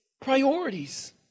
priorities